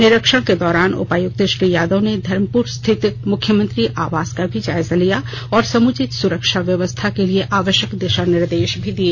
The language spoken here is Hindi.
निरीक्षण के दौरान उपायुक्त श्री यादव ने धर्मपुर स्थित मुख्यमंत्री आवास का भी जायजा लिया और समुचित सुरक्षा व्यव्स्था के लिए आवश्यक दिशा निर्देश दिए